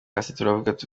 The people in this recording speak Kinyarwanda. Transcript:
dushakisha